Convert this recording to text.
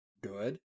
good